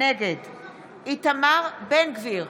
נגד איתמר בן גביר,